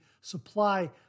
Supply